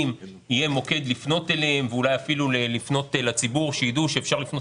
יהיה מוקד לפנות אליו ואולי אפילו לפנות לציבור שידע שאפשר לפנות